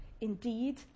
indeed